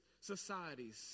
societies